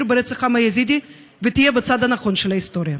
ברצח העם היזידי ותהיה בצד הנכון של ההיסטוריה.